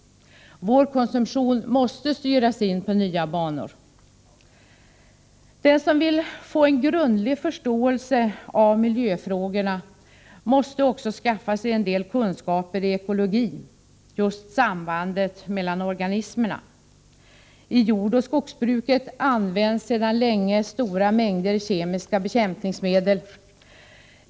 Vår konsumtion måste styras in på nya banor. Den som vill få en grundlig förståelse av miljöfrågorna måste också skaffa sig en del kunskaper i ekologi, dvs. just sambandet mellan organismerna. I jordoch skogsbruket används sedan länge stora mängder kemiska bekämpningsmedel.